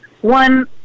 one